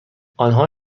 آنها